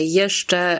jeszcze